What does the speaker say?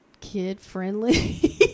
kid-friendly